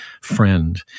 friend